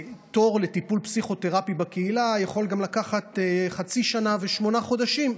תור לטיפול פסיכותרפי בקהילה יכול גם לקחת חצי שנה ושמונה חודשים,